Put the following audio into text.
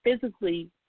physically